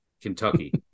Kentucky